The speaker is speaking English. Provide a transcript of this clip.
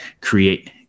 create